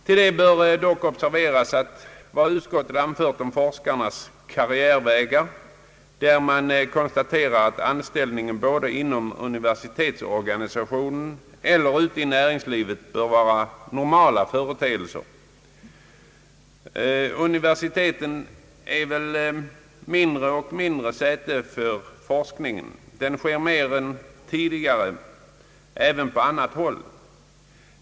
Till detta bör dock observeras vad utskottet anför om forskarnas karriärvägar, där man konstaterar att anställning inom universitetsorganisationen eller ute i näringslivet bör vara normala företeelser. Universiteten blir väl mindre och mindre säte för forskningen, som nu mera än tidigare sker även på annat håll.